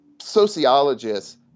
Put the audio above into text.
sociologists